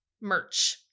Merch